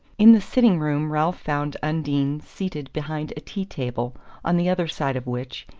in the sitting-room ralph found undine seated behind a tea-table on the other side of which,